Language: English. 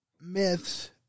myths